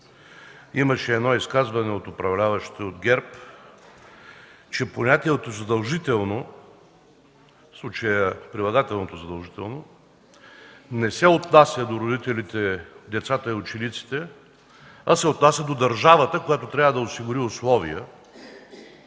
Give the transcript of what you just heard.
имаше едно изказване от управляващите от ГЕРБ, че понятието „задължително”, в случая – прилагателното „задължително”, не се отнася до родителите, децата и учениците, а се отнася до държавата, която трябва да осигури условия,